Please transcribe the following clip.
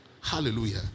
Hallelujah